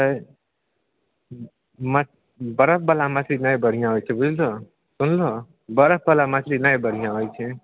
हइ मछ बरफवला मछली नहि बढ़िआँ होइ छै बुझलहो सुनलहो बरफवला मछली नहि बढ़िआँ होइ छै